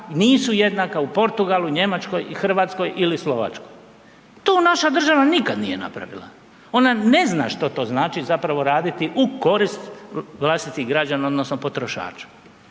nisu jednaka u Portugalu, Njemačkoj i Hrvatskoj ili Slovačkoj. To naša država nikad nije napravila, ona ne zna što to znači zapravo raditi u korist vlastitih građana odnosno potrošača.